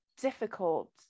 difficult